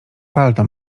palto